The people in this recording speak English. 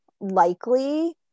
likely